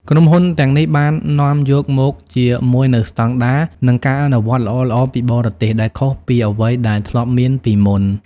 ក្រុមហ៊ុនទាំងនេះបាននាំយកមកជាមួយនូវស្តង់ដារ និងការអនុវត្តល្អៗពីបរទេស ដែលខុសពីអ្វីដែលធ្លាប់មានពីមុន។